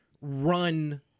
run